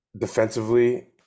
defensively